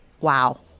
wow